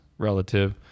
relative